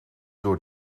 door